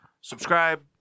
Subscribe